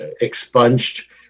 expunged